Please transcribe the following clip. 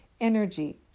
energy